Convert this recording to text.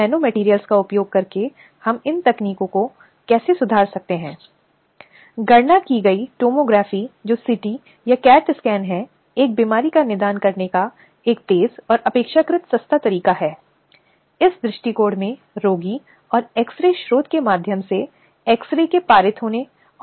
लेखन में यह स्पष्ट रूप से स्पष्ट करना बहुत महत्वपूर्ण है कि उत्पीड़नकर्ता के कार्य क्या हैं और वे कौन से कार्य हैं जो उसे आपत्तिजनक लगे जिसके कारण वह यौन उत्पीड़न के मामले को सुलझाना चाहता है